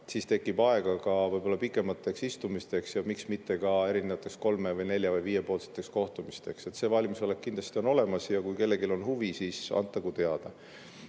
siis tekib aega ka pikemateks istumisteks ja miks mitte ka kolme-, nelja- või viiepoolseteks kohtumisteks. See valmisolek kindlasti on olemas ja kui kellelgi on huvi, siis antagu teada.